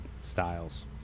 styles